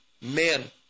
men